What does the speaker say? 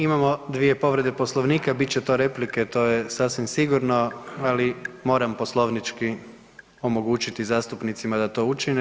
Imamo dvije povrede Poslovnika, bit će to replike to je sasvim sigurno, ali moram poslovnički omogućiti zastupnicima da to učine.